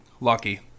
Lucky